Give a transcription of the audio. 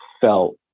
felt